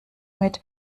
mit